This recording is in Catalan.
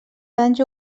danys